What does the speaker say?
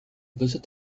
visit